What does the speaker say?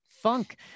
funk